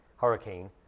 hurricane